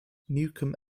newcomb